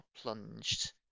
plunged